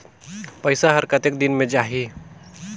पइसा हर कतेक दिन मे जाही?